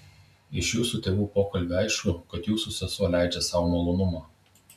iš jūsų tėvų pokalbio aišku kad jūsų sesuo leidžia sau malonumą